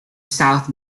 south